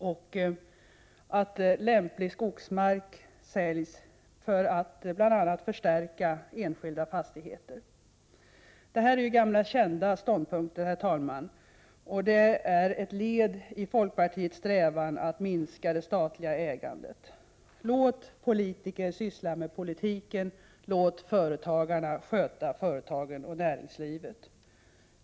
För att bl.a. förstärka enskilda fastigheter bör man därför sälja ut lämplig skogsmark. Herr talman! Detta är gamla kända ståndpunkter. Det är ett led i folkpartiets strävan att minska det statliga ägandet. Låt politiker sköta politiken, och låt företagarna sköta företagen och näringslivet!